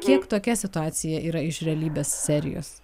kiek tokia situacija yra iš realybės serijos